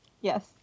Yes